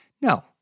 No